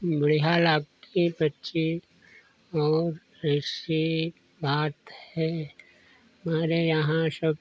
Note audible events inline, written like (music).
(unintelligible) के पक्षी और ऐसी बात है हमारे यहाँ सब